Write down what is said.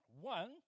One